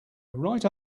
right